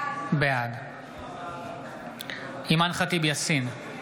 בעד אימאן ח'טיב יאסין,